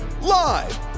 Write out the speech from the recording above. live